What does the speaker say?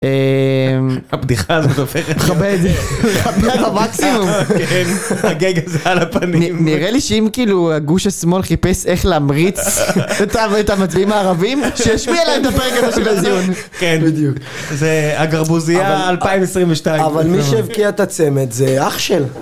אהההה... הפתיחה הזאת הופכת להיות זה ... ...מחברת. הפתיחה זה המקסימום. כן, הגג הזה על הפנים. נראה לי שאם כאילו הגוש השמאל חיפש איך להמריץ, זה פשוט אהבו את המצביעים הערבים שישפיע להם את הפגר של הזיון. כן, בדיוק. זה גרבוזיה 2022, כלומר. אבל מי שהבקיע את הצמד, זה אח שלה.